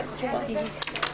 הישיבה